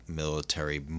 military